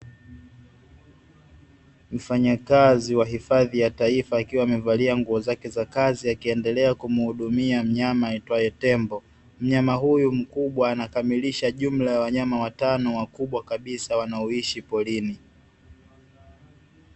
Mfanyakazi wa hifadhi ya taifa akiwa amevalia nguo zake za kazi akiendelea kumhudumia mnyama aitwaye tembo. Mnyama huyu mkubwa anakamilisha jumla ya wanyama watano wakubwa kabisa wanaoishi porini.